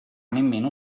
nemmeno